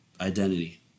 identity